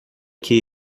que